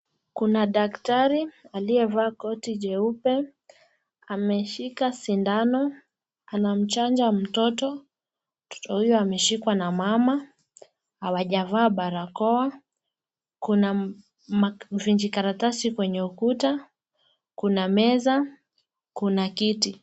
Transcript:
Kuna daktari aliyevaa koti jeupe ameshika sindano anamchanja mtoto, mtoto huyo ameshikwa na mama hawaja vaa barakoa. Kuna vijikaratasi kwenye ukuta, kuna meza ,kuna kiti.